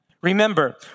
Remember